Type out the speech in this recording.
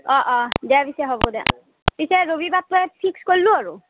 অঁ অঁ দে পিছে হ'ব দেক পিছে ৰবিবাৰটোৱে ফিক্স কৰলো আৰু